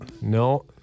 no